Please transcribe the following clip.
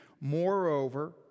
Moreover